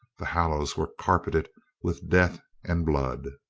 the hollows were carpeted with death and blood.